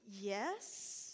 Yes